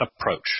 approach